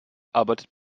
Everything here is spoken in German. arbeitet